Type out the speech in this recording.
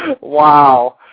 Wow